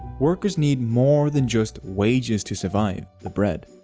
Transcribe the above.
workers need more than just wages to survive, the bread.